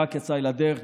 התוכנית רק יצאה לדרך,